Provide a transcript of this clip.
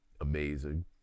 amazing